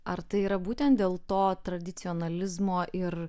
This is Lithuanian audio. ar tai yra būtent dėl to tradicionalizmo ir